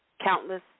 Countless